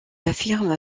affirme